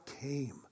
came